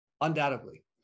undoubtedly